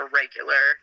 regular